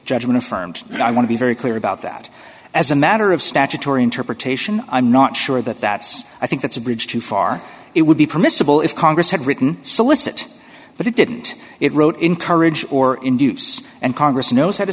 judgment affirmed and i want to be very clear about that as a matter of statutory interpretation i'm not sure that that's i think that's a bridge too far it would be permissible if congress had written solicit but it didn't it wrote encourage or induce and congress knows how to